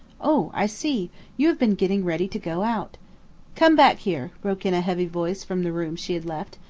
o i see you have been getting ready to go out come back here, broke in a heavy voice from the room she had left.